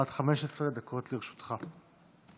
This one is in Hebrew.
עד 15 דקות לרשותך.